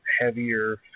heavier